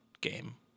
game